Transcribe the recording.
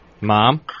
Mom